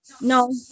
no